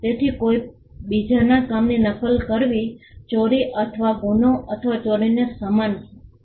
તેથી કોઈ બીજાના કામની નકલ કરવી ચોરી અથવા ગુના અથવા ચોરીને સમાન હતી